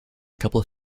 couple